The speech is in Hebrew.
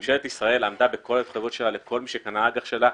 אבל ממשלת ישראל עמדה בכל ההתחייבויות שלה לכל מי שקנה אג"ח שלה,